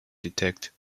detect